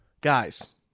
guys